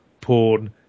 porn